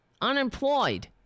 unemployed